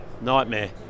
Nightmare